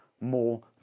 more